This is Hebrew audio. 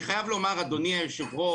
אני חייב לומר, אדוני היושב-ראש,